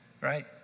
right